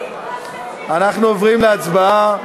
אנחנו עוברים להצבעה.